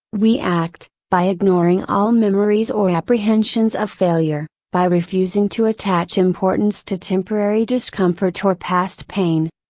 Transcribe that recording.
we act, by ignoring all memories or apprehensions of failure, by refusing to attach importance to temporary discomfort or past pain.